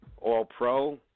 All-Pro